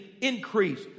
increase